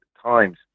times